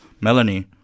Melanie